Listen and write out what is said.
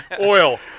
Oil